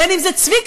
בין אם זה צביקה,